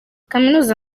kaminuza